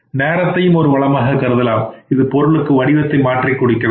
நேரத்தையும் ஒரு வளமாக கருதலாம் இது பொருளுக்கு வடிவத்தை மாற்றி கொடுக்கிறது